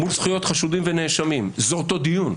מול זכויות חשודים ונאשמים זה אותו דיון.